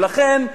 ולכן,